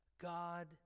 God